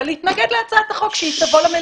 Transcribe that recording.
להתנגד להצעת החוק כשהיא תבוא למליאה.